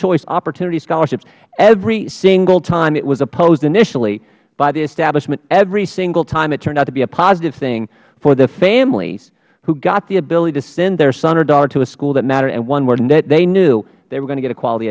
choice opportunity scholarships every single time it was opposed initially by the establishment every single time it turned out to be a positive thing for the families who got the ability to send their son or daughter to a school that mattered and one where they knew they were going to get a quality